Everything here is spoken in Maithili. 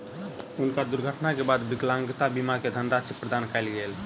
हुनका दुर्घटना के बाद विकलांगता बीमा के धनराशि प्रदान कयल गेल